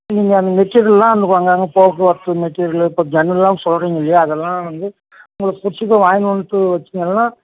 நீங்கள் அந்த மெட்டீரியல்லாம் அங்கே கொ அங்கங்கே போக்குவரத்து மெட்டீரியலு இப்போ ஜன்னலெல்லாம் சொல்கிறிங்க இல்லையா அதெல்லாம் வந்து உங்களுக்கு பிடிச்சது வாங்கினு வந்துவிட்டு வெச்சிங்கன்னா